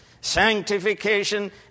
sanctification